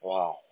Wow